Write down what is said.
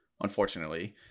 unfortunately